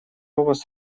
вас